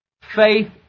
faith